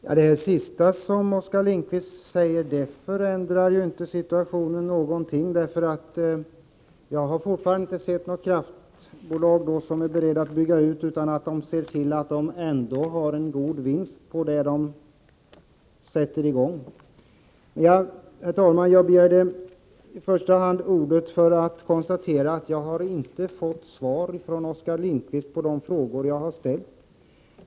Herr talman! Det sista Oskar Lindkvist sade förändar ju inte situationen alls, för jag har inte varit med om att något kraftbolag varit berett att göra en utbyggnad utan att se till att bolaget får en god vinst på det man sätter i gång. Men, herr talman, jag begärde i första hand ordet för att konstatera att jag inte fått svar från Oskar Lindkvist på de frågor jag har ställt.